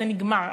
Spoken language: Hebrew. זה נגמר,